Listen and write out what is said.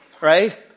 right